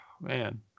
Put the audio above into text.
man